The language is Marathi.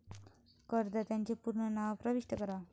करदात्याचे पूर्ण नाव प्रविष्ट करा